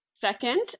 Second